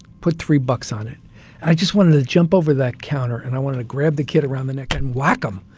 put three bucks on it i just wanted to jump over that counter, and i wanted to grab the kid around the neck and whack him.